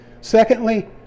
Secondly